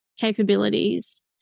capabilities